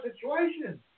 situation